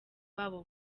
babo